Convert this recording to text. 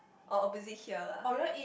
oh opposite here lah